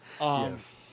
Yes